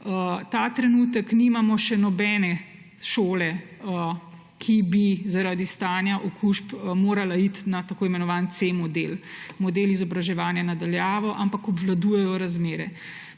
Ta trenutek nimamo še nobene šole, ki bi zaradi stanja okužb morala iti na tako imenovani model C, model izobraževanja na daljavo, ampak obvladujejo razmere.